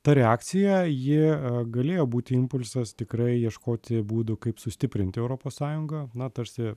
ta reakcija ji galėjo būti impulsas tikrai ieškoti būdų kaip sustiprinti europos sąjungą na tarsi